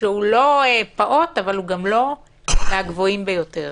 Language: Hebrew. שהוא לא פעוט אבל הוא גם לא מהגבוהים ביותר.